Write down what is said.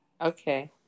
Okay